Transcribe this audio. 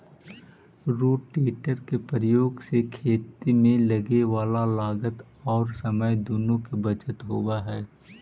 rotator के प्रयोग से खेत में लगे वाला लागत औउर समय दुनो के बचत होवऽ हई